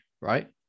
right